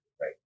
Right